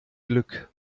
glück